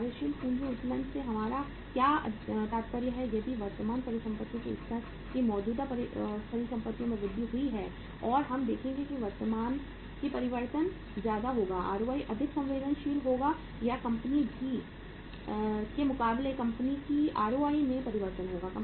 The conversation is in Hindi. कार्यशील पूंजी उत्तोलन से हमारा क्या तात्पर्य है यदि वर्तमान परिसंपत्तियों के स्तर की मौजूदा परिसंपत्तियों में वृद्धि हुई है और हम देखेंगे कि परिवर्तन ज्यादा होगा ROI अधिक संवेदनशील होगा या कंपनी भी के मुकाबले कंपनी की आर ओ वाई में परिवर्तन होगा